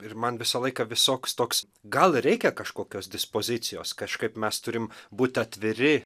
ir man visą laiką visoks toks gal reikia kažkokios dispozicijos kažkaip mes turim būt atviri